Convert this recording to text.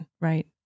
right